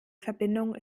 verbindung